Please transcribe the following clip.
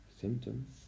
symptoms